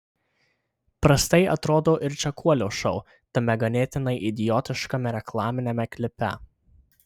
prastai atrodo ir čekuolio šou tame ganėtinai idiotiškame reklaminiame klipe